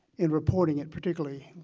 in reporting it, particularly